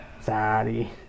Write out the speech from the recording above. Sorry